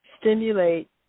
stimulate